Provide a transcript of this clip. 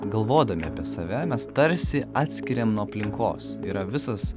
galvodami apie save mes tarsi atskiriam nuo aplinkos yra visas